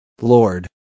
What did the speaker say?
Lord